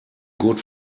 good